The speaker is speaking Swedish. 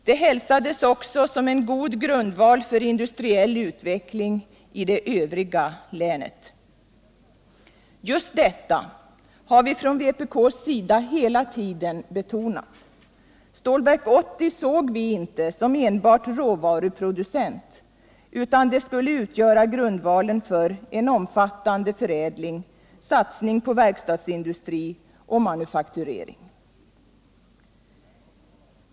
Det hälsades också som en god grundval för industriell utveckling i det övriga länet. Just detta har vi från vpk:s sida hela tiden betonat. Stålverk 80 såg vi inte som enbart råvaruproducent, utan det skulle utgöra grundvalen för en omfattande förädling, satsning på verkstadsindustri och manufakturering.